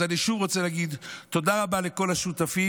אז אני שוב רוצה להגיד תודה רבה לכל השותפים.